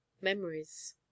memories